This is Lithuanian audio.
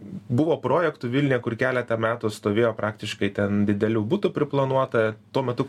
buvo projektų vilniuje kur keletą metų stovėjo praktiškai ten didelių butų priplanuota tuo metu